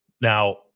Now